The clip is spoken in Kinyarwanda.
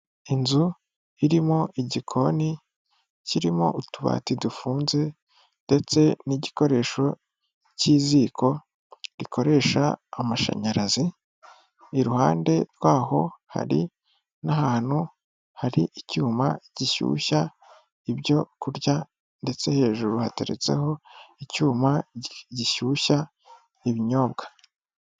Inzu irimo igikoni kirimo utubati dufunze ndetse n'igikoresho cy'iziko rikoresha amashanyarazi, iruhande rwaho hari n'ahantu hari icyuma gishyushya ibyo kurya ndetse hejuru hateretseho icyuma gishyushya ibinyobwa.